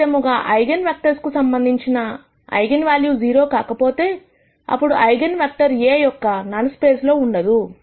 అదే విధముగా eigen vector కు సంబంధించిన ఐగన్ వాల్యూ 0 కాకపోతే అప్పుడు ఐగన్ వెక్టర్ A యొక్క నల్ స్పేస్ లో ఉండదు